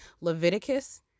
Leviticus